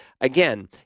again